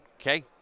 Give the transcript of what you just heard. okay